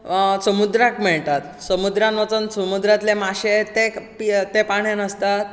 समुद्राक मेळटात समुद्रांत वचोन समुद्रांतले माशें ते पाण्यांत आसतात